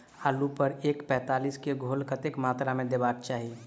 आलु पर एम पैंतालीस केँ घोल कतेक मात्रा मे देबाक चाहि?